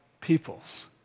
peoples